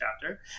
chapter